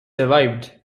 survived